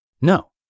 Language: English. No